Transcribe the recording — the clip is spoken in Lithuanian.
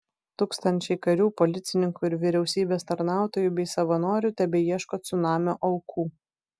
tūkstančiai karių policininkų ir vyriausybės tarnautojų bei savanorių tebeieško cunamio aukų